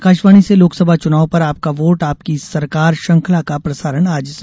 आकाशवाणी से लोकसभा चुनाव पर आपका वोट आपकी सरकार श्रृंखला का प्रसारण आज से